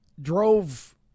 drove